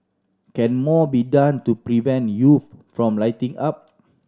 can more be done to prevent youths from lighting up